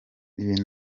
ibi